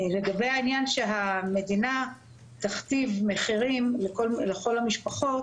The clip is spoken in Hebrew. לגבי העניין שהמדינה תכתיב מחירים לכל המשפחות